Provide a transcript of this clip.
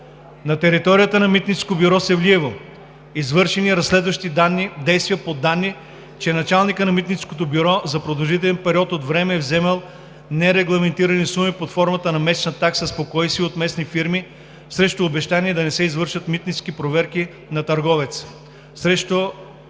на територията на митническо бюро Севлиево – извършени разследващи действия по данни, че началникът на митническото бюро за продължителен период от време е вземал нерегламентирани суми под формата на месечна такса „спокойствие“ от местна фирма срещу обещание да не се извършват митнически проверки на търговеца, за